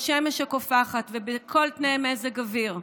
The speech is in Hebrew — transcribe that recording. בשמש הקופחת ובכל תנאי מזג אוויר.